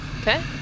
Okay